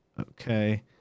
okay